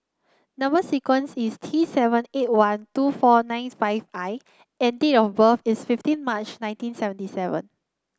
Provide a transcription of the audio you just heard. number sequence is T seven eight one two four nine five I and date of birth is fifteen March nineteen seventy seven